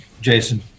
Jason